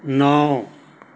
ਨੌਂ